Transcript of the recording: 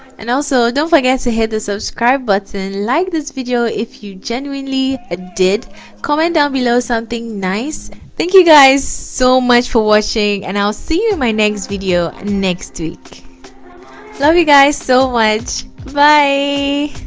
and also don't forget to hit the subscribe button like this video if you genuinely ah did comment down below something nice thank you guys so much for watching and i'll see you in my next video next week love you guys so much bye